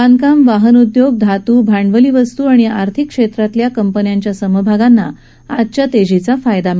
बांधकाम वाहन उद्योग धातू भांडवली वस्तू आणि आर्थिक क्षेत्रातल्या कंपन्यांच्या समभागांना आजच्या तेजीचा चांगलाचं फायदा झाला